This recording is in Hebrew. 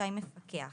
רשאי מפקח